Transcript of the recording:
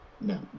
No